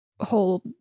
whole